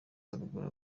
haruguru